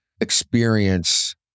experience